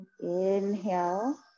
Inhale